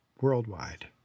Worldwide